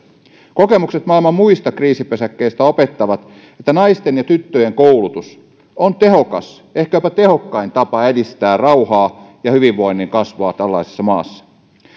kokemukset maailman muista kriisipesäkkeistä opettavat että naisten ja tyttöjen koulutus on tehokas ehkäpä tehokkain tapa edistää rauhaa ja hyvinvoinnin kasvua tällaisessa maassa